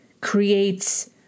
creates